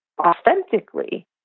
authentically